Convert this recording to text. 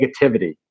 negativity